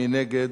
מי נגד?